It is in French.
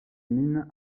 mines